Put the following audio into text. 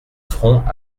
front